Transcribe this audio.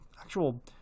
actual